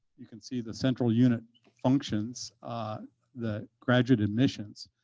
you can see the central unit functions the graduate admissions.